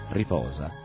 riposa